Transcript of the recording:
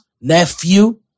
Nephew